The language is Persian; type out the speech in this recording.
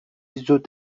زود